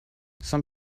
some